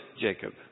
Jacob